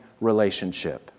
relationship